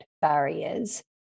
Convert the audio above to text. barriers